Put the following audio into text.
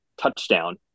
Touchdown